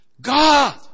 God